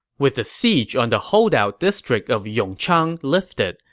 with the siege on the holdout district of yongchang lifted,